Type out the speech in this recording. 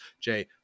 Jay